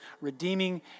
redeeming